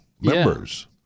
members